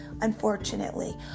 unfortunately